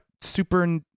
super